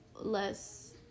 less